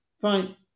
Fine